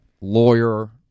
lawyer